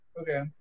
Okay